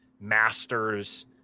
Masters